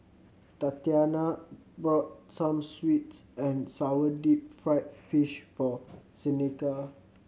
Tatyana bought some sweet and sour deep fried fish for Seneca